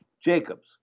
Jacobs